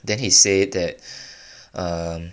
then he say that err